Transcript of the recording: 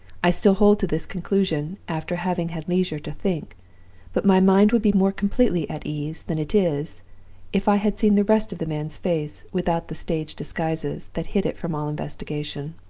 i still hold to this conclusion, after having had leisure to think but my mind would be more completely at ease than it is if i had seen the rest of the man's face without the stage disguises that hid it from all investigation.